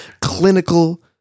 clinical